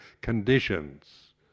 conditions